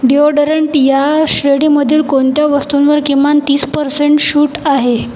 deodorant या श्रेणीमधील कोणत्या वस्तूंवर किमान तीस परसेंट सूट आहे